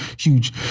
huge